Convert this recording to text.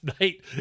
night